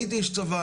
הייתי איש צבא.